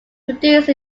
produced